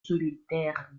solitaire